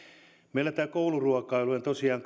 meillä tämä kouluruokailu on tosiaan